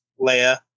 Leia